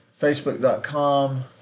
Facebook.com